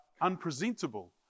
unpresentable